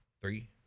Three